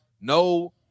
no